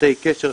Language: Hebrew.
פרטי קשר,